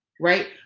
right